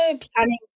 planning